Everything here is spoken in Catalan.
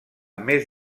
més